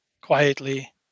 quietly